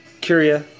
Curia